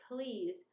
please